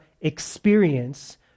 experience